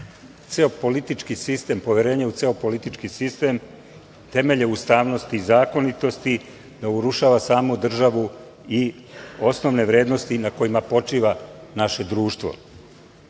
ceo politički sistem, poverenje u ceo politički sistem, temelje ustavnosti i zakonitosti, da urušava samu državu i osnovne vrednosti na kojima počiva naše društvo.